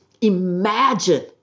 Imagine